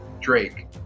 Drake